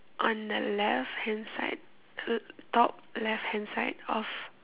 on the left hand side l~ top left hand side of